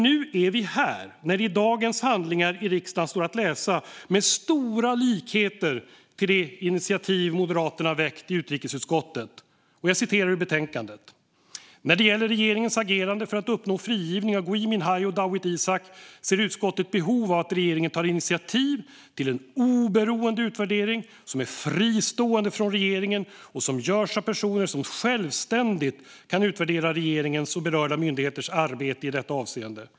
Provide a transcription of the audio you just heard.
Nu är vi här när det i dagens handlingar i riksdagen står att läsa, med stora likheter till det initiativ som Moderaterna har väckt i utrikesutskottet, i betänkandet: "När det gäller regeringens agerande för att uppnå frigivning av Gui Minhai och Dawit Isaak ser utskottet behov av att regeringen tar initiativ till en oberoende utvärdering som är fristående från regeringen och som görs av personer som självständigt kan utvärdera regeringens och berörda myndigheters arbete i detta avseende.